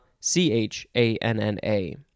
C-H-A-N-N-A